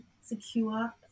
secure